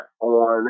on